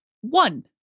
one